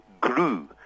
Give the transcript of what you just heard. grew